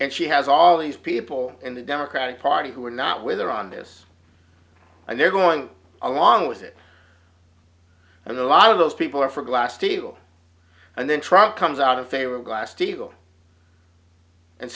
and she has all these people in the democratic party who are not with or on this and they're going along with it and a lot of those people are for glass steagall and then truck comes out in favor of glass steagall and